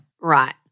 Right